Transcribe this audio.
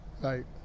Right